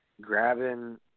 grabbing